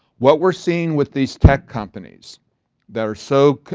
what we're seeing with these tech companies that are so,